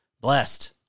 Blessed